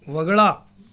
वगळा